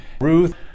Ruth